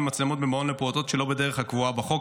מצלמות במעון לפעוטות שלא בדרך הקבועה בחוק,